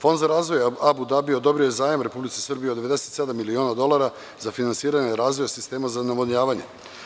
Fond za razvoj Abu Dabi je odobrio zajam Republici Srbiji od 97 miliona dolara za finansiranje razvoja sistema za navodnjavanje.